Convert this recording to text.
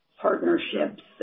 partnerships